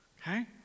okay